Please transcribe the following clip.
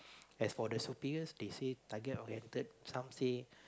as for the superiors they say target oriented some say